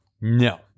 no